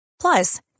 Plus